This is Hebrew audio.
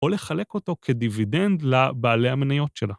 או לחלק אותו כדיבידנד לבעלי המניות שלה.